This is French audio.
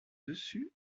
dessus